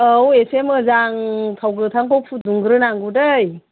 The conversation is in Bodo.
औ एसे मोजां थाव गोथांखौ फुदुंग्रोनांगौ दै